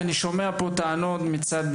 כי אני שומע פה טענות מצד,